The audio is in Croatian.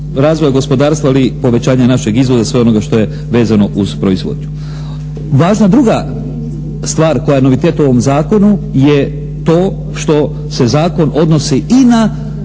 razvoja gospodarstva ali i povećanja našeg izvoza, svega onoga što je vezano uz proizvodnju. Važna druga stvar koja je novitet u ovom zakonu je to što se zakon odnosi i na